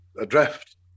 adrift